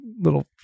little